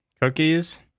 Cookies